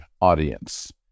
audience